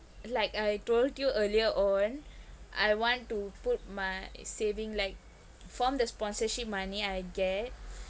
like I told you earlier on I want to put my saving like from the sponsorship money I get